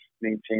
maintain